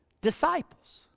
disciples